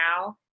now